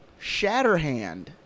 Shatterhand